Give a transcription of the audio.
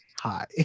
hi